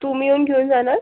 तुम्ही येऊन घेऊन जाणार